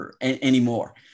anymore